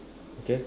okay